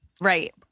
Right